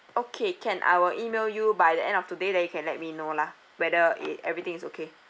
okay can I will email you by the end of today then you can let me know lah whether it everything is okay